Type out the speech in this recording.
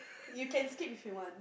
you can skip if you want